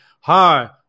hi